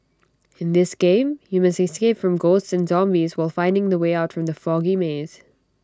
in this game you must escape from ghosts and zombies while finding the way out from the foggy maze